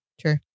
true